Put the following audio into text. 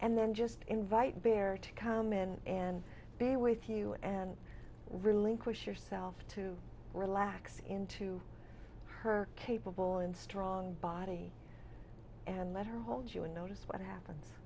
and then just invite bear to come in and be with you and relinquish yourself to relax into her capable and strong body and let her hold you and notice what happens